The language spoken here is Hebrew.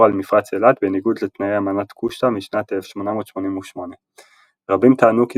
על מפרץ אילת בניגוד לתנאי אמנת קושטא משנת 1888. רבים טענו כי